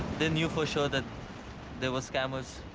they knew for sure that they were scammers.